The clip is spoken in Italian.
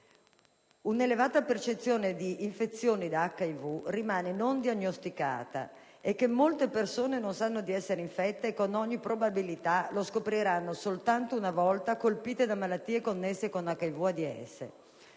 un'elevata percentuale di infezioni da HIV rimane non diagnosticata e molte persone non sanno di essere infette e con ogni probabilità lo scopriranno soltanto una volta colpite da malattie connesse con l'HIV/AIDS;